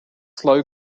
slow